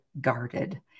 guarded